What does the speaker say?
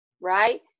right